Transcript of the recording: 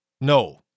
No